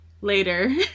Later